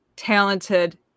talented